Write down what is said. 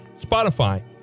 Spotify